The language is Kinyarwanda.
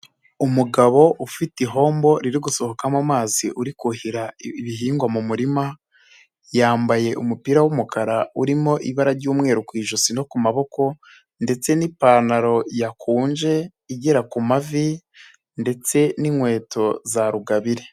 Umugabo ufite ihombo riri gusohokamo amazi uri kuhira ibihingwa mu murima, yambaye umupira w'umukara urimo ibara ry'umweru ku ijosi no ku maboko, ndetse n'ipantaro yakunje igera ku mavi ndetse n'inkweto za rugabire.